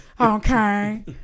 Okay